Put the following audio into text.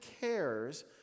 cares